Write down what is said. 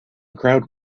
crowd